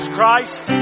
Christ